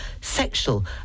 sexual